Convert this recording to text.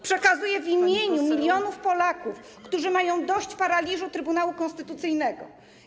Przekazuję w imieniu milionów Polaków, którzy mają dość paraliżu Trybunału Konstytucyjnego.